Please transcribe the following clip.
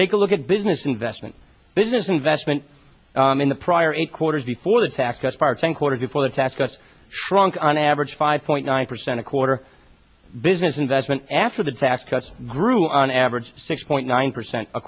take a look at business investment business investment in the prior eight quarters before the tax cuts parting quarter before the tax cuts shrunk an average five point nine percent a quarter business investment after the tax cuts grew on average six point nine percent a